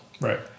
Right